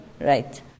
Right